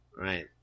right